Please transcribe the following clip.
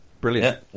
Brilliant